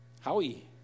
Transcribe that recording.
Howie